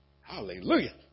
Hallelujah